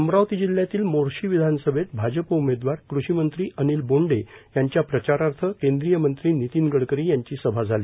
अमरावती जिल्ह्यातील मोर्शी विधानसभेत भाजप उमेदवार कृषिमंत्री अनिल बोन्डे यांच्या प्रचारार्थ केंद्रीय मंत्री नितीन गडकरी यांची सभा झाली